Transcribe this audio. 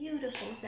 beautiful